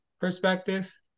perspective